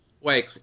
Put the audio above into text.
wait